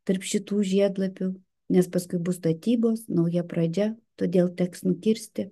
tarp šitų žiedlapių nes paskui bus statybos nauja pradžia todėl teks nukirsti